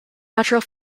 natural